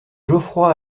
geoffroy